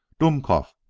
dumkopff!